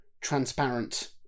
transparent